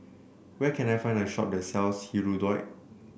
where can I find a shop that sells Hirudoid